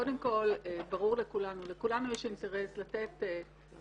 קודם כל ברור לכולנו, לכולנו יש אינטרס לתת סעד